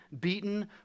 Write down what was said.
beaten